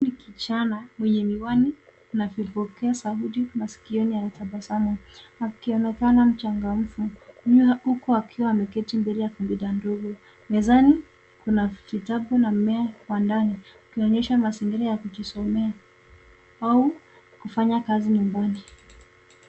Ni kijana mwenye miwani na vipokea sauti masikioni. Anatabasamu akionekana mchangamfu huku akiwa ameketi mbele ya kompyuta ndogo . Mezani kuna vitabu na mmea wa ndani, ikionyesha mazingira ya kujisomea au kufanya kazi nyumbani.